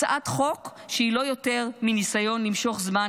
הצעת חוק שהיא לא יותר מניסיון למשוך זמן